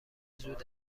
زود